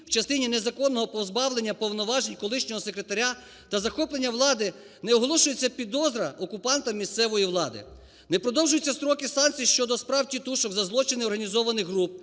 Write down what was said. в частині незаконного позбавлення повноважень колишнього секретаря та захоплення влади не оголошується підозра окупантам місцевої влади, не продовжується строки санкцій щодо справ "тітушок" за злочини організованих груп,